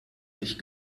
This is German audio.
sich